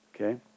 okay